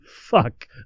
fuck